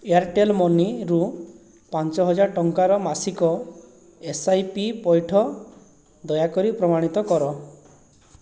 Airtel ମନିରୁ ପାଞ୍ଚହଜାର ଟଙ୍କାର ମାସିକ ଏସ୍ ଆଇ ପି ପୈଠ ଦୟାକରି ପ୍ରମାଣିତ କର